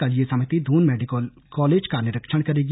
कल यह समिति दून मेडिकल कॉलेज का निरीक्षण करेगी